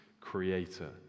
Creator